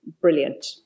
brilliant